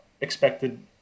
expected